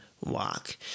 walk